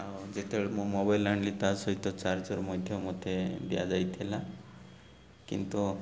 ଆଉ ଯେତେବେଳେ ମୁଁ ମୋବାଇଲ୍ ଆଣିଲି ତା' ସହିତ ଚାର୍ଜର ମଧ୍ୟ ମୋତେ ଦିଆଯାଇଥିଲା କିନ୍ତୁ